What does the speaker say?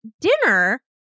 dinner